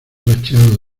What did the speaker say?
racheado